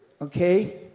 Okay